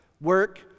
Work